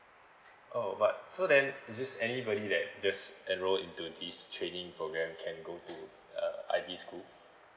oh but so then it just anybody that just enroll into this training program can go to uh I_B school